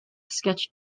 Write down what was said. sketch